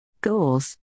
Goals